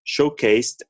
showcased